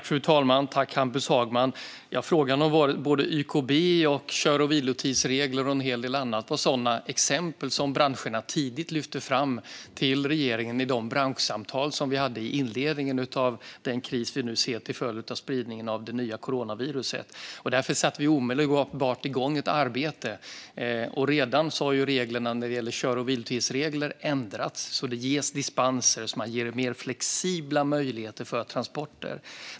Fru talman! Tack, Hampus Hagman! Frågan om YKB, kör och vilotidsregler och en hel del annat var exempel som lyftes fram till regeringen i de branschsamtal som vi hade i inledningen av den kris vi nu ser till följd av spridningen av det nya coronaviruset. Därför satte vi omedelbart igång ett arbete. Redan har reglerna när det gäller kör och vilotider ändrats. Det ges dispenser för mer flexibla möjligheter för transporter.